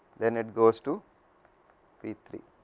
then it goes to p three,